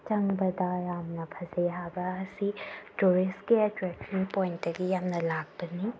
ꯆꯪꯕꯗ ꯌꯥꯝꯅ ꯐꯖꯩ ꯍꯥꯏꯕ ꯑꯁꯤ ꯇꯨꯔꯤꯁꯀꯤ ꯑꯦꯠꯇ꯭ꯔꯦꯛꯁꯟ ꯄꯣꯏꯟꯇꯒꯤ ꯌꯥꯝꯅ ꯂꯥꯛꯄꯅꯤ